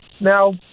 Now